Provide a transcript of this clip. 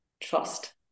trust